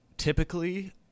Typically